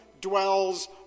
dwells